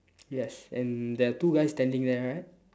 yes and there are two guys standing there right